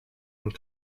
and